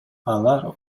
алар